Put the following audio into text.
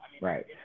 Right